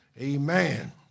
Amen